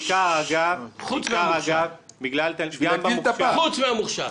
בעיקר, אגב --- חוץ מהמוכש"ר.